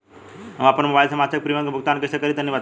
हम आपन मोबाइल से मासिक प्रीमियम के भुगतान कइसे करि तनि बताई?